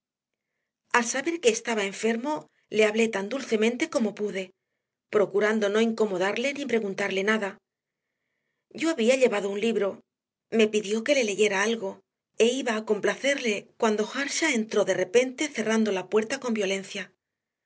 al saber que estaba enfermo le hablé tan dulcemente como pude procurando no incomodarle ni preguntarle nada yo había llevado un libro me pidió que le leyera algo e iba a complacerle cuando earnshaw entró de repente cerrando la puerta con violencia